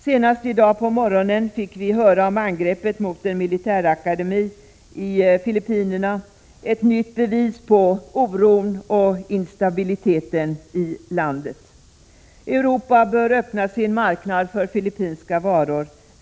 Senast i dag på morgonen fick vi höra om angreppet mot en militärakademi i Filippinerna — ett nytt bevis på oron och instabilitetenilandet. Europa bör öppna sin marknad för filippinska varor.